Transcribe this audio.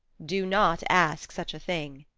do not ask such a thing,